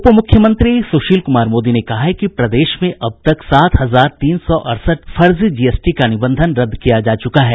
उप मुख्यमंत्री सुशील क्मार मोदी ने कहा है कि प्रदेश में अब तक सात हजार तीन सौ अड़सठ फर्जी जीएसटी का निबंधन रद्द किया जा चुका है